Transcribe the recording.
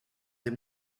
des